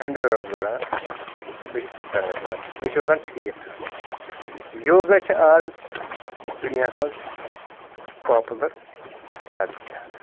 endurance بَڑان تہٕ بیٚیہِ چھِ سٕٹرَنٛگٕتھ بَڑان تہٕ بیٚیہِ چھِ روزان ٹھیٖک ٹھاک یوگا چھِ آز دُنیاہَس منٛز پاپلَر زیادٕ زیادٕ